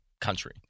country